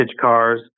cars